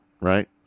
right